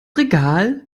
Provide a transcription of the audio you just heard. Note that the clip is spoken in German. regal